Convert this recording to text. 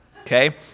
okay